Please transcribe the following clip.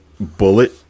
bullet